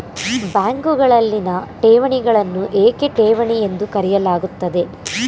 ಬ್ಯಾಂಕುಗಳಲ್ಲಿನ ಠೇವಣಿಗಳನ್ನು ಏಕೆ ಠೇವಣಿ ಎಂದು ಕರೆಯಲಾಗುತ್ತದೆ?